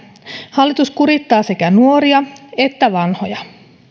hallitus kurittaa sekä nuoria että vanhoja